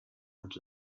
und